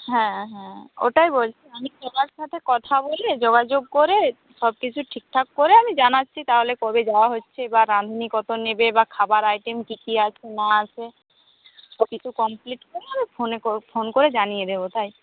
হ্যাঁ হ্যাঁ ওটাই বলছি আমি সবার সাথে কথা বলে যোগাযোগ করে সবকিছু ঠিকঠাক করে আমি জানাচ্ছি তাহলে কবে যাওয়া হচ্ছে বা রাঁধুনি কত নেবে বা খাবার আইটেম কী কী আছে না আছে সবই তো কমপ্লিট করে আমি ফোনে করে ফোন করে জানিয়ে দেবো তাই